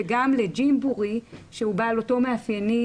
וגם לג'ימבורי שהוא בעל אותם מאפיינים